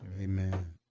Amen